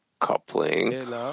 coupling